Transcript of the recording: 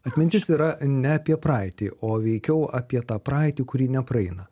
atmintis yra ne apie praeitį o veikiau apie tą praeitį kuri nepraeina